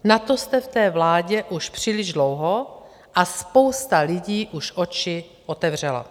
Na to jste v té vládě už příliš dlouho a spousta lidí už oči otevřela.